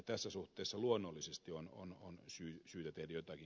tässä suhteessa luonnollisesti on syytä tehdä jotakin